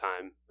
time